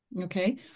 Okay